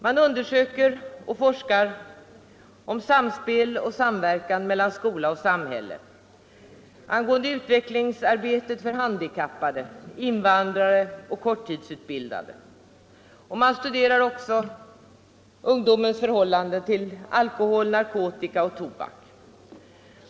Man forskar om samspel och samverkan mellan skola och samhälle, man följer utvecklingsarbetet för handikappade, invandrare och korttidsutbildade och man studerar ungdomens förhållande till alkohol, narkotika och tobak.